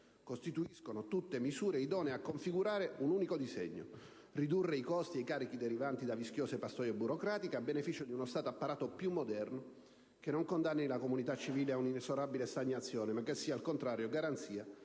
costituiscono tutte misure idonee a configurare un unico disegno: ridurre i costi e i carichi derivanti da vischiose pastoie burocratiche, a beneficio di uno Stato apparato più moderno, che non condanni la comunità civile a un'inesorabile stagnazione ma che sia, al contrario, garanzia